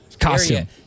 costume